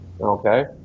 okay